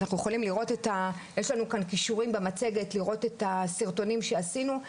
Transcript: יש לנו קישורים במצגת לראות את הסרטונים שעשינו,